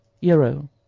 Euro